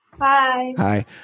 Hi